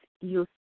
use